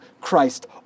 Christ